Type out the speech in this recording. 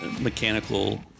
mechanical